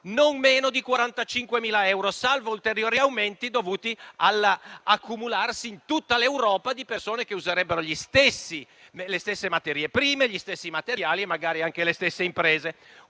non meno di 45.000 euro, salvo ulteriori aumenti dovuti all'accumularsi in tutta l'Europa di persone che userebbero le stesse materie prime e gli stessi materiali, magari anche le stesse imprese;